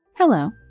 Hello